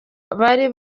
bandi